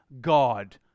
God